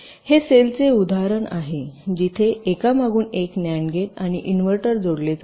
हे सेलचे उदाहरण आहे जिथे एकामागून एक न्याड गेट आणि इन्व्हर्टर जोडलेले आहेत